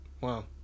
Wow